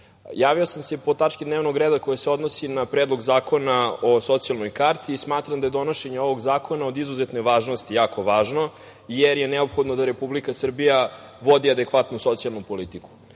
javio sam se po tački dnevnog reda koja se odnosi na Predlog zakona o socijalnoj karti. Smatram da je donošenje ovog zakona od izuzetne važnosti, jako važno, jer je neophodno da Republika Srbija vodi adekvatnu socijalnu politiku. Prilikom